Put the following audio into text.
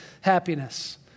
happiness